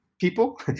people